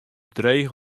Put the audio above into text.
dreech